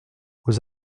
aux